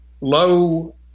low